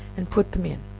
and put them in,